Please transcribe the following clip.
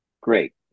Great